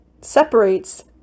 separates